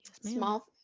small